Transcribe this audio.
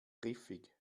griffig